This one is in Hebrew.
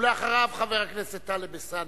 ואחריה חבר הכנסת טלב אלסאנע,